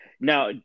Now